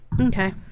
Okay